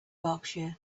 berkshire